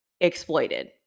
exploited